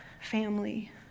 family